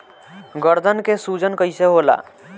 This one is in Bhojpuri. गर्दन के सूजन कईसे होला?